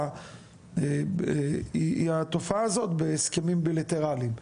היא התופעה הזאת בהסכמים בילטרליים,